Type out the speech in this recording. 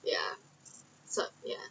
ya sort ya